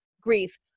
grief